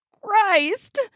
Christ